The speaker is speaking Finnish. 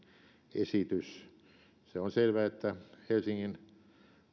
esitys se on selvää että helsingin